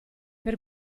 per